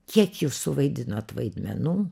kiek jūs suvaidinot vaidmenų